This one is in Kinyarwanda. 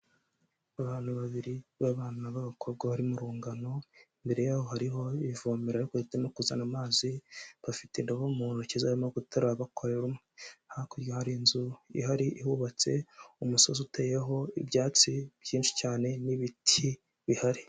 Abantu babiri b'abana b'abakobwa bari mu rungano, imbere y'aho hariho ivomera ariko ritarimo kuzana amazi, bafite indobo mu ntoki zo barimo guterura bakorera mwe, hakurya hari inzu ihari, ihubatse umusozi uteyeho ibyatsi byinshi cyane n'ibiti bihari.